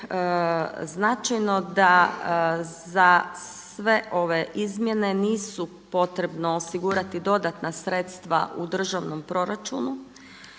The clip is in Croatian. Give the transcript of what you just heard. značajno da za sve ove izmjene nisu potrebno osigurati dodatna sredstva u državnom proračunu